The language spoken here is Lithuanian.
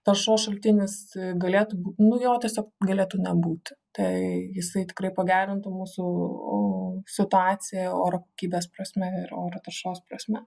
taršos šaltinis galėtų nu jo tiesiog galėtų nebūti tai jisai tikrai pagerintų mūsų situaciją oro kokybės prasme ir oro taršos prasme